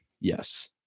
yes